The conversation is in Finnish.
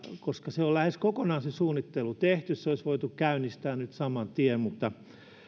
koska se suunnittelu on lähes kokonaan tehty se olisi voitu käynnistää nyt saman tien mutta